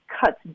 cuts